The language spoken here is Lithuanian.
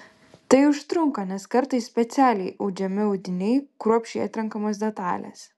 tai užtrunka nes kartais specialiai audžiami audiniai kruopščiai atrenkamos detalės